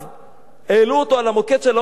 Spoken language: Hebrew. העלו אותו על המוקד של "אוטו דה פה".